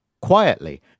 Quietly